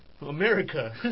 America